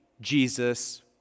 Jesus